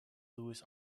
lewis